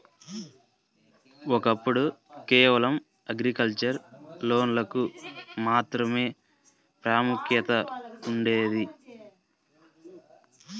ఒకప్పుడు కేవలం అగ్రికల్చర్ లోన్లకు మాత్రమే ప్రాముఖ్యత ఉండేది